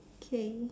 okay